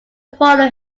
follow